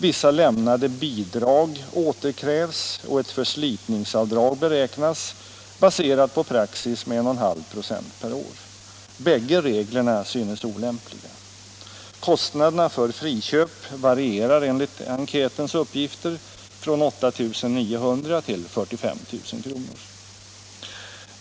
Vissa lämnade bidrag återkrävs och ett förslitningsavdrag beräknas, baserat på praxis med 1,5 96 per år. Bägge reglerna synes olämpliga. Kostnaderna för friköp varierar enligt enkätens uppgifter från 8 900 till 45 000 kr.